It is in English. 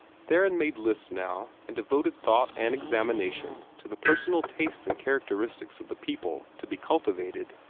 theron made lists now, and devoted thought and examination to the personal tastes and characteristics of the people to be cultivated.